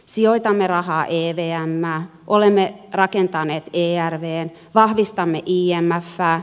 sijoitamme rahaa evmään olemme rakentaneet ervvn vahvistamme imfää